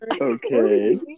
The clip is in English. Okay